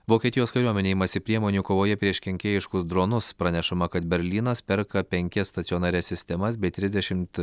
vokietijos kariuomenė imasi priemonių kovoje prieš kenkėjiškus dronus pranešama kad berlynas perka penkias stacionarias sistemas bei trisdešimt